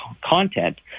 content